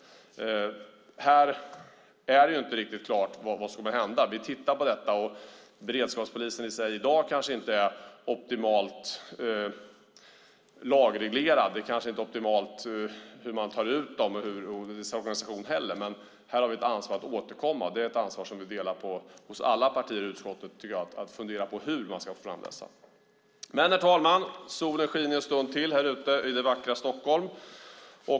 Här är det inte riktigt klart vad som kommer att hända. Vi tittar på detta. Beredskapspolisen i sig är kanske inte optimalt lagreglerad i dag. Det kanske inte är optimalt när det gäller hur man tar ut dem och inte heller när det gäller hur organisationen ser ut. Men här har vi ett ansvar att återkomma, och det är ett ansvar som vi delar med alla partier i utskottet. Vi ska fundera på hur man ska få fram dessa. Herr talman! Solen skiner en stund till härute i det vackra Stockholm.